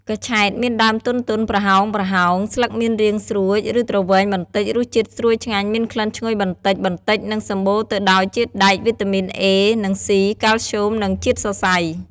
កញ្ឆែតមានដើមទន់ៗ ប្រហោងៗ ស្លឹកមានរាងស្រួច ឬទ្រវែងបន្តិច រសជាតិស្រួយឆ្ងាញ់ មានក្លិនឈ្ងុយបន្តិចៗ និងសម្បូរទៅដោយជាតិដែក វីតាមីនអេ និងស៉ី កាល់ស្យូម និងជាតិសរសៃ។